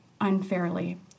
unfairly